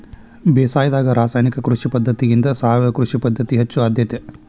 ಬೇಸಾಯದಾಗ ರಾಸಾಯನಿಕ ಕೃಷಿ ಪದ್ಧತಿಗಿಂತ ಸಾವಯವ ಕೃಷಿ ಪದ್ಧತಿಗೆ ಹೆಚ್ಚು ಆದ್ಯತೆ